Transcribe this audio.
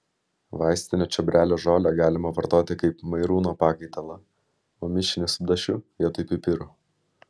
vaistinio čiobrelio žolę galima vartoti kaip mairūno pakaitalą o mišinį su dašiu vietoj pipirų